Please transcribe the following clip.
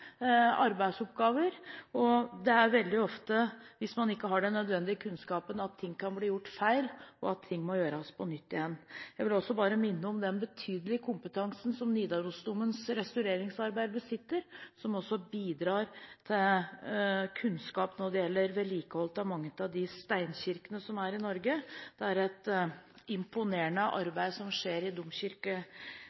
arbeidsoppgaver. Veldig ofte – hvis man ikke har den nødvendige kunnskapen – kan ting bli gjort feil og må gjøres på nytt igjen. Jeg vil også minne om den betydelige kompetansen Nidaros Domkirkes Restaureringsarbeider besitter, som også bidrar til kunnskap når det gjelder vedlikehold av mange av steinkirkene som er i Norge. Det er et imponerende